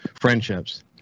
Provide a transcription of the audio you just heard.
friendships